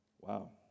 Wow